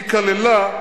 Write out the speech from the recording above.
היא כללה,